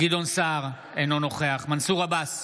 גדעון סער, אינו נוכח מנסור עבאס,